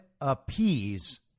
appease